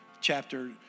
chapter